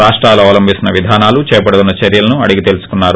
రాష్టాలు అవలంభిస్తున్న విధానాలు చేపడుతున్న చర్యలను అడిగి తెలుసుకున్నారు